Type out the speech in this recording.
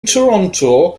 toronto